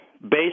based